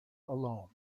alone